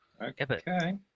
Okay